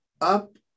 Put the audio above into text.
Up